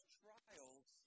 trials